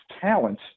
talent